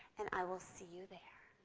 and i will see you there.